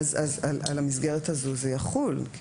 על המסגרת הזו זה יחול.